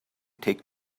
take